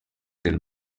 del